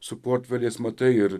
su portfeliais matai ir